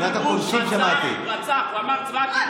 הוא אמר, הוא אמר "רוצחים".